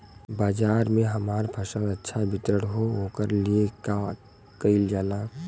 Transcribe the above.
बाजार में हमार फसल अच्छा वितरण हो ओकर लिए का कइलजाला?